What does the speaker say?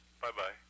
Bye-bye